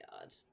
God